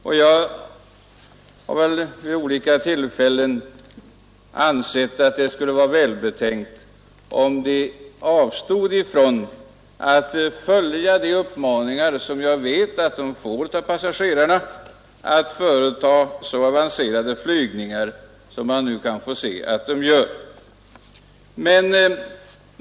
Därför har jag ansett det välbetänkt om förarna avstod från att följa de uppmaningar som jag vet att de får av passagerarna att företa så avancerade flygningar som man kan få se att de gör.